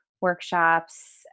workshops